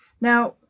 Now